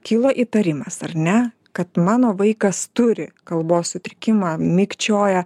kilo įtarimas ar ne kad mano vaikas turi kalbos sutrikimą mikčioja